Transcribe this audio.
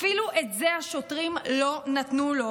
אפילו את זה השוטרים לא נתנו לו,